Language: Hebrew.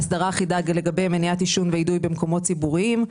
אסדרה אחידה לגבי מניעת עישון ואידוי במקומות ציבוריים,